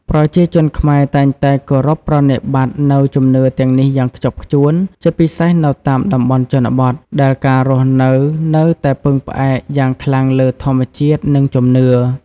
ប្រជាជនខ្មែរតែងតែគោរពប្រណិប័តន៍នូវជំនឿទាំងនេះយ៉ាងខ្ជាប់ខ្ជួន ជាពិសេសនៅតាមតំបន់ជនបទ ដែលការរស់នៅនៅតែពឹងផ្អែកយ៉ាងខ្លាំងលើធម្មជាតិ និងជំនឿ។